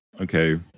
okay